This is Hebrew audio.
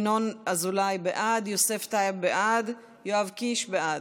ינון אזולאי, בעד, יוסף טייב, בעד, יואב קיש בעד,